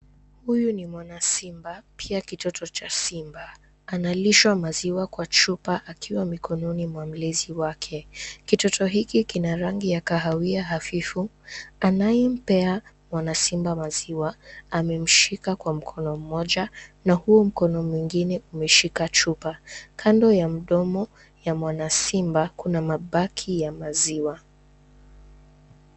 Huyu ni mwana simba pia kitoto cha simba. Analishwa maziwa kwa chupa akiwa mikononi mwa mlinzi wake. Kitoto hiki kina rangi ya kahawia hafifu. Anayempea mwana simba maziwa amemshika kwa mkono mmoja na huu mkono mwengine umeshika chupa. Kando ya mdomo ya mwana simba kuna mabaki ya maziwa.